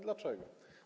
Dlaczego?